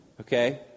Okay